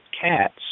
cats